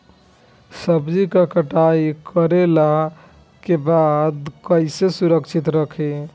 सब्जी क कटाई कईला के बाद में कईसे सुरक्षित रखीं?